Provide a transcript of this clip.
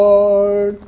Lord